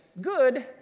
good